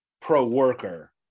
pro-worker